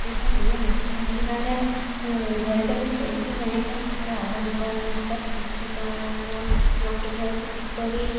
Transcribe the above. ସେଇଟା ଯିଏ ମାଛ ଧରିବାରେ ଧରିଛନ୍ତି ସେ ହିଁ ଜାଣିଛନ୍ତି ତାଙ୍କର ଆହ୍ୱାନ କ'ଣ ତାଙ୍କ ସ୍ମୃତି କ'ଣ ସେ ମାଛ ଧରିକି କିପରି